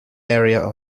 area